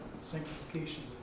sanctification